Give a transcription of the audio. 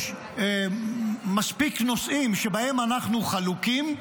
יש מספיק נושאים שבהם אנחנו חלוקים,